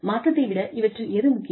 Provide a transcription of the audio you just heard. மாற்றத்தை விட இவற்றில் எது முக்கியம்